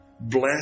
Bless